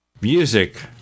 Music